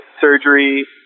surgery